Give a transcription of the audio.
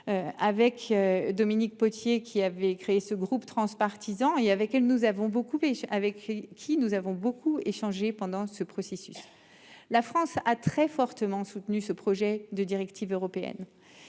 Avec Dominique Potier qui avait créé ce groupe transpartisan et avec elle, nous avons beaucoup et avec qui nous avons beaucoup échangé pendant ce processus. La France a très fortement soutenu ce projet de directive européenne.